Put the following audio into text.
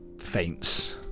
faints